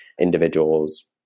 individuals